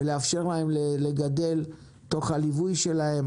ולאפשר להם לגדל תוך הליווי שלהם,